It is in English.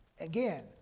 Again